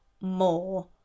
more